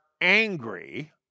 angry